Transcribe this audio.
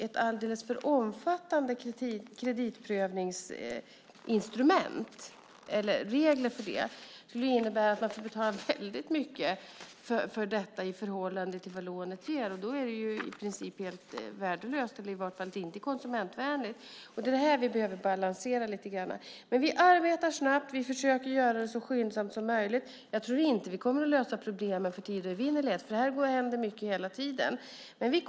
Ett alldeles för omfattande kreditprövningsinstrument - regler - för de små krediterna skulle innebära att man skulle få betala mycket i förhållande till vad lånet ger. Då är det i princip helt värdelöst - i varje fall inte konsumentvänligt. Det är det här vi behöver balansera. Vi arbetar snabbt. Vi försöker göra det så skyndsamt som möjligt. Jag tror inte att vi kommer att lösa problemen för tid och evinnerlighet. Här händer mycket hela tiden.